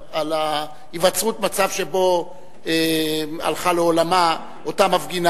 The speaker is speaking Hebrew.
היווצרות מצב שבו הלכה לעולמה אותה מפגינה.